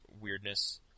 weirdness